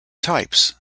types